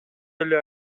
эле